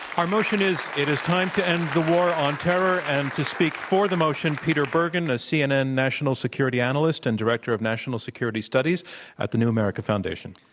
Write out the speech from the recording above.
our motion is, it is time to end the war on terror, and to speak for the motion, peter bergen, a cnn national security analyst and director of national security studies at the new america foundation.